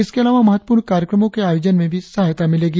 इसके अलावा महत्वपूर्ण कार्यक्रमों के आयोजन में भी सहायता मिलेगी